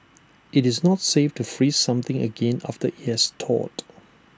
IT is not safe to freeze something again after IT has thawed